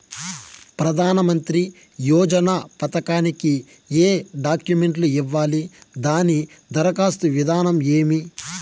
ప్రధానమంత్రి యోజన పథకానికి ఏ డాక్యుమెంట్లు ఇవ్వాలి దాని దరఖాస్తు విధానం ఏమి